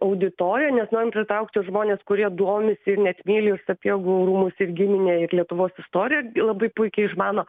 auditoriją nes norim pritraukti žmones kurie domisi myli ir sapiegų rūmus ir giminę ir lietuvos istoriją labai puikiai išmano